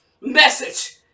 message